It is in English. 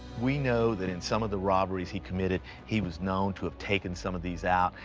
we know that in some of the robberies he committed, he was known to have taken some of these out.